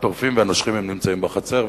הטורפים והנושכים נמצאים בחצר.